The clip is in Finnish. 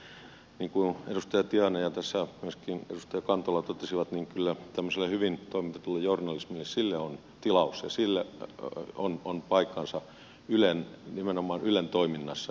niin kuin edustaja tiainen ja myöskin edustaja kantola totesivat kyllä tämmöiselle hyvin toimitetulle journalismille on tilaus ja sille on paikkansa nimenomaan ylen toiminnassa